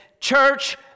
church